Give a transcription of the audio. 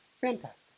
Fantastic